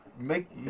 make